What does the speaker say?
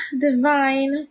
divine